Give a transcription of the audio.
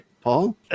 Paul